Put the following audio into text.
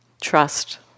trust